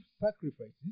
sacrifices